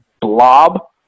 blob